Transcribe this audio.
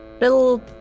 little